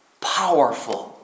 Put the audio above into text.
powerful